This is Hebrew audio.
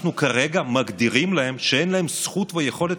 אנחנו כרגע מגדירים שאין להם זכות ויכולת